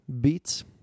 Beats